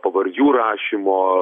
pavardžių rašymo